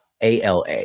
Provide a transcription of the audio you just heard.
ALA